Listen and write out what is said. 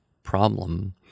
problem